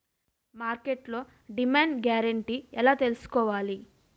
మార్కెట్లో demand guarantee ఎలా తెల్సుకోవాలి?